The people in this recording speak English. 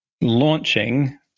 launching